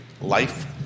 life